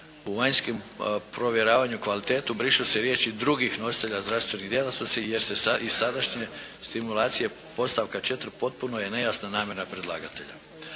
u vanjskoj provjeravanju kvalitetu" brišu se riječi: "drugih nositelja zdravstvenih djelatnosti" jer se iz sadašnje stimulacije podstavka 4. potpuno je nejasna namjera predlagatelja.